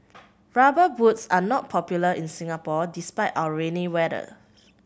Rubber Boots are not popular in Singapore despite our rainy weather